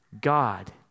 God